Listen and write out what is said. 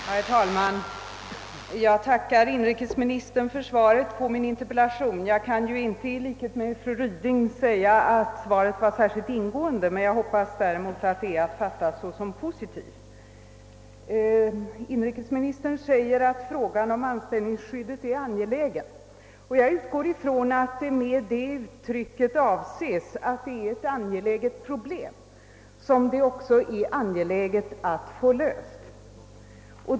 Herr talman! Jag tackar inrikesministern för svaret på min interpellation. Jag kan inte som fru Ryding säga att svaret är särskilt ingående, men jag hoppas att det är att fatta som positivt. Inrikesministern säger att frågan om anställningsskyddet är angelägen, och jag utgår från att med det uttrycket avses att det är ett angeläget problem som det också är angeläget att få löst.